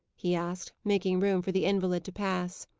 he asked, making room for the invalid to pass.